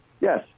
Yes